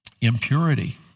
impurity